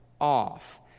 off